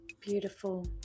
Beautiful